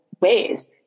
ways